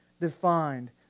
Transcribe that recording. defined